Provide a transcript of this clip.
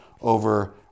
over